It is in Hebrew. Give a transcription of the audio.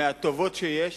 מהטובות שיש,